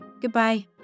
Goodbye